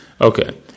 Okay